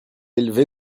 élevé